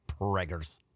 preggers